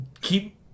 keep